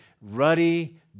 ruddy